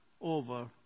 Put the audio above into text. over